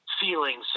feelings